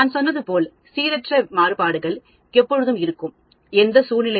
நான் சொன்னது போல் சீரற்ற மாறுபாடுகள் எப்போதும் இருக்கும் எந்த சூழ்நிலையிலும்